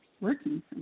working